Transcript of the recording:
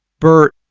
bert,